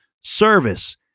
service